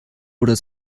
oder